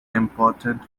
important